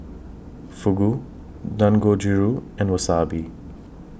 Fugu Dangojiru and Wasabi